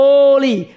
Holy